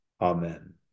Amen